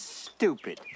stupid